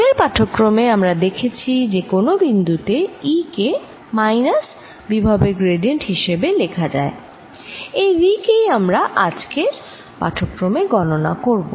আগের পাঠক্রমে আমরা দেখেছি যে কোন বিন্দু তে E কে মাইনাস বিভবের গ্র্যাডিয়েন্ট হিসেবে লেখা যায় এই V কেই আমরা আজকের পাঠক্রমে গণনা করব